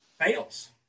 fails